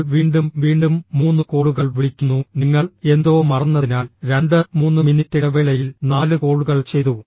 നിങ്ങൾ വീണ്ടും വീണ്ടും മൂന്ന് കോളുകൾ വിളിക്കുന്നു നിങ്ങൾ എന്തോ മറന്നതിനാൽ രണ്ട് മൂന്ന് മിനിറ്റ് ഇടവേളയിൽ നാല് കോളുകൾ ചെയ്തു